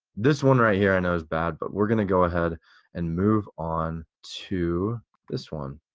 this one right here i know is bad but we're gonna go ahead and move on to this one.